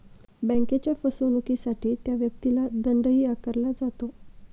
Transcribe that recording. बँकेच्या फसवणुकीसाठी त्या व्यक्तीला दंडही आकारला जातो